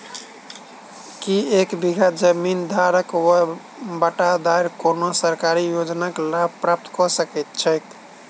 की एक बीघा जमीन धारक वा बटाईदार कोनों सरकारी योजनाक लाभ प्राप्त कऽ सकैत छैक?